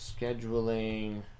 scheduling